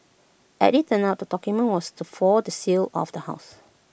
as IT turned out the document was the for the sale of the house